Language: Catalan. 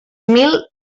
mil